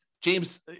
James